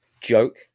joke